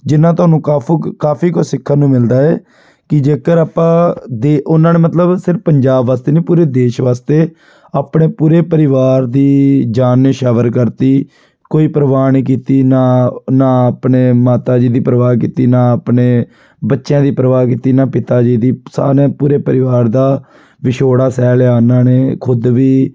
ਜਿੰਨਾ ਤੁਹਾਨੂੰ ਕਾਫੁਕ ਕਾਫੀ ਕੁਝ ਸਿੱਖਣ ਨੂੰ ਮਿਲਦਾ ਹੈ ਕਿ ਜੇਕਰ ਆਪਾਂ ਦੇ ਉਹਨਾਂ ਨੇ ਮਤਲਬ ਸਿਰਫ ਪੰਜਾਬ ਵਾਸਤੇ ਨਹੀਂ ਪੂਰੇ ਦੇਸ਼ ਵਾਸਤੇ ਆਪਣੇ ਪੂਰੇ ਪਰਿਵਾਰ ਦੀ ਜਾਨ ਨਿਸ਼ਾਵਰ ਕਰਤੀ ਕੋਈ ਪ੍ਰਵਾਹ ਨਹੀਂ ਕੀਤੀ ਨਾ ਨਾ ਆਪਣੇ ਮਾਤਾ ਜੀ ਦੀ ਪ੍ਰਵਾਹ ਕੀਤੀ ਨਾ ਆਪਣੇ ਬੱਚਿਆਂ ਦੀ ਪਰਵਾਹ ਕੀਤੀ ਨਾ ਪਿਤਾ ਜੀ ਦੀ ਨੇ ਪੂਰੇ ਪਰਿਵਾਰ ਦਾ ਵਿਛੋੜਾ ਸਹਿ ਲਿਆ ਉਹਨਾਂ ਨੇ ਖੁਦ ਵੀ